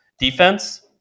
Defense